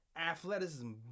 Athleticism